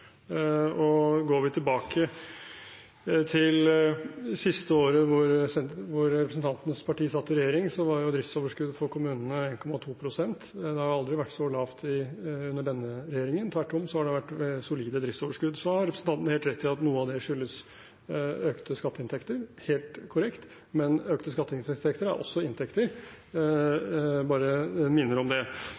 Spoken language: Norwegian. Går vi tilbake til det siste året hvor representantens parti satt i regjering, var driftsoverskuddet for kommunene 1,2 pst. Det har aldri vært så lavt med denne regjeringen. Tvert om har det vært solide driftsoverskudd. Så har representanten helt rett i at noe av det skyldes økte skatteinntekter. Det er helt korrekt, men økte skatteinntekter er også inntekter, jeg bare minner om det.